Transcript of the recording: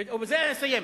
בזה אני מסיים.